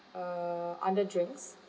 uh under drinks